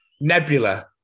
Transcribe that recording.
Nebula